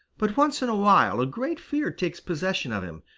but once in a while a great fear takes possession of him,